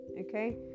okay